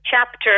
chapter